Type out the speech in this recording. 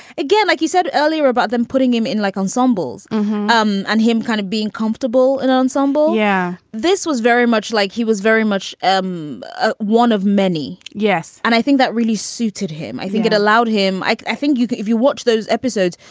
again, like you said earlier about them putting him in like ensembles um on him, kind of being comfortable in ensemble. yeah. this was very much like he was very much um ah one of many yes. and i think that really suited him. i think it allowed him. like i think if you watch those episodes,